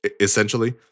essentially